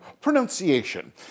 pronunciation